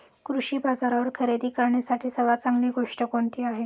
कृषी बाजारावर खरेदी करण्यासाठी सर्वात चांगली गोष्ट कोणती आहे?